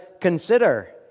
consider